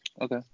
okay